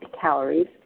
calories